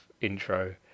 intro